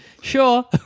sure